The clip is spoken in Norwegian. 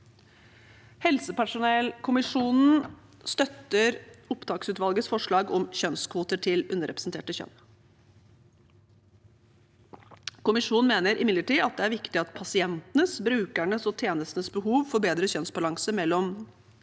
Helsepersonellkommisjonen støtter opptaksutvalgets forslag om kjønnskvoter til underrepresenterte kjønn. Kommisjonen mener imidlertid at det er viktig at pasientenes, brukernes og tjenestenes behov for bedre kjønnsbalanse mellom